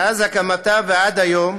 מאז הקמתה ועד היום